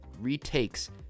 retakes